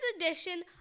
edition